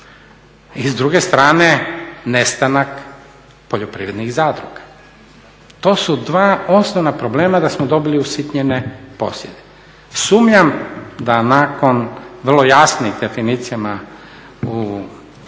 i s druge strane nestanak poljoprivrednih zadruga. To su dva osnovna problema da smo dobili usitnjene posjede. Sumnjam da nakon vrlo jasnih definicija u Zakonu